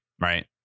Right